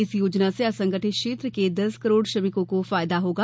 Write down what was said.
इस योजना से असंगठित क्षेत्र के दस करोड़ श्रमिकों को फायदा होगा